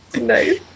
Nice